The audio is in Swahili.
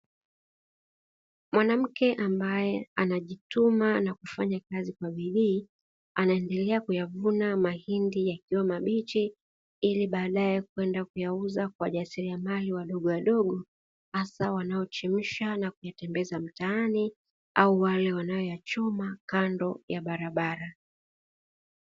Mwanamke ambaye anajituma na kufanya kazi kwa bidii anaendelea kuyavuna mahindi yakiwa mabichi, ili baadae kwenda kuyauza kwa wajisiriamali wadogowadogo . Hasa wanaochemsha na kuyatembeza mtaani au wale wanaoyachoma kando ya barabara.